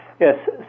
Yes